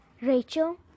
Rachel